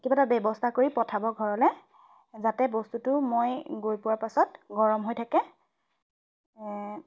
কিবা এটা ব্যৱস্থা কৰি পঠাব ঘৰলৈ যাতে বস্তুটো মই গৈ পোৱাৰ পাছত গৰম হৈ থাকে